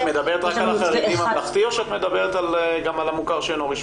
את מדברת רק על החרדים ממלכתי או שאת מדברת גם על המוכר שאינו רשמי?